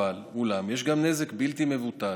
אבל יש גם נזק בלתי מבוטל,